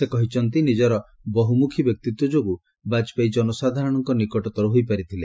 ସେ କହିଛନ୍ତି ନିଜର ବହୁମ୍ଖୀ ବ୍ୟକ୍ତିତ୍ୱ ଯୋଗୁ ବାଜପେୟୀ ଜନସାଧାରଣଙ୍କ ନିକଟତର ହୋଇପାରିଥିଲେ